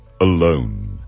alone